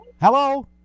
Hello